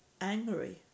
angry